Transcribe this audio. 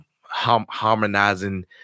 harmonizing